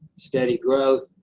steady growth.